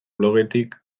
blogetik